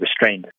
restrained